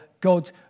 God